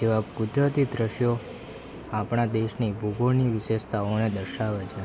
જેવા કુદરતી દ્રશ્યો આપણા દેશની ભૂગોળની વિશેષતાને દર્શાવે છે